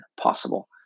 possible